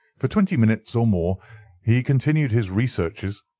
for twenty minutes or more he continued his researches,